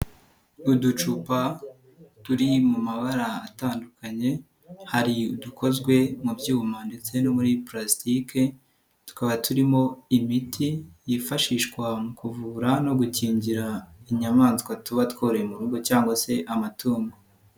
Uducupa turi mu mabara atandukanye hari udukozwe mu byuma ndetse no muri pulasike, tukaba turimo imiti yifashishwa mu kuvura no gukingira inyamaswa tuba tworoye mu rugo cyangwa se amatungo.